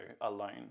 alone